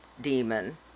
demon